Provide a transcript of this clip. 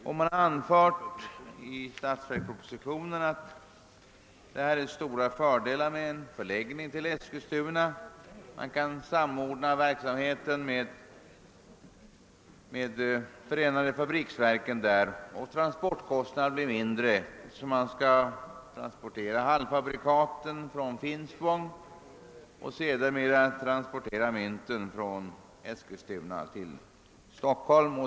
Det anförs i statsverkspropositionen att det är stora fördelar förenade med en förläggning dit. Verksamheten kan samordnas med Förenade fabriksverkens funktioner, och transportkostnaderna blir lägre — halvfabrikaten skall transporteras från Finspång och mynten skall sedermera transporteras från Eskilstuna till Stockholm.